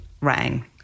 rang